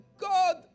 God